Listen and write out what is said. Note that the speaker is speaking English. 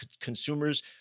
consumers